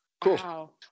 Cool